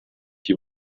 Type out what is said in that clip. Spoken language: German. die